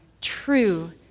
true